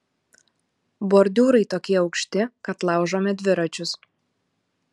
bordiūrai tokie aukšti kad laužome dviračius